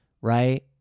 right